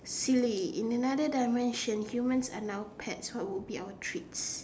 silly in another dimension humans are now pets what would be our treats